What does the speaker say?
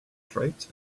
stripes